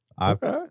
Okay